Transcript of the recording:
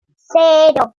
cero